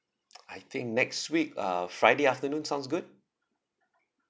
I think next week uh friday afternoon sounds good